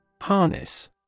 Harness